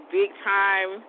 big-time